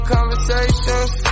Conversations